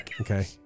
okay